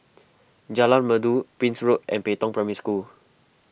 Jalan Merdu Prince Road and Pei Tong Primary School